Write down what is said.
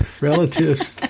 relatives